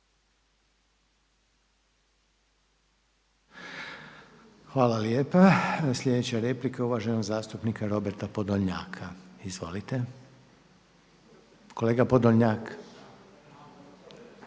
Hvala lijepa. Slijedeća replika je uvaženog zastupnika Roberta Podolnjaka. Izvolite. **Podolnjak,